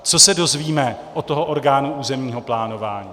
Co se dozvíme od toho orgánu územního plánování?